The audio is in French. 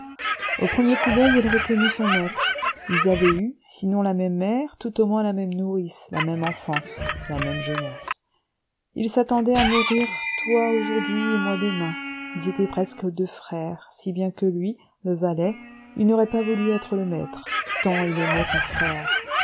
au premier coup d'oeil il reconnut son maître ils avaient eu sinon la même mère tout au moins la même nourrice la même enfance la même jeunesse ils s'attendaient à mourir toi aujourd'hui et moi demain ils étaient presque deux frères si bien que lui le valet il n'aurait pas voulu être le maître tant il aimait son frère